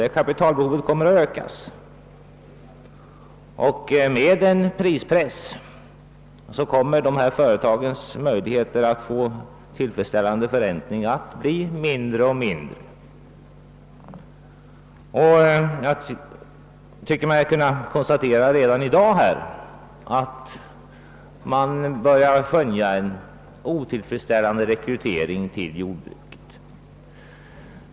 Det kapitalbehovet kommer att ökas, och med en prispress kommer företagens möjligheter att ge tillfredsställande förräntning att bli allt mindre. Jag tycker också att man redan i dag börjar kunna konstatera en otillfredsställande rekrytering till jordbruket.